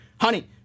honey